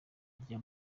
rya